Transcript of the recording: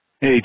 Hey